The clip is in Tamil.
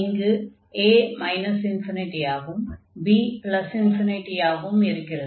இங்கு a ∞ ஆகவும் b ∞ ஆகவும் இருக்கிறது